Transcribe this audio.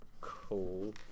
cool